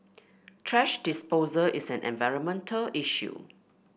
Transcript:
thrash disposal is an environmental issue